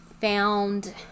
found